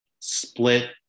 split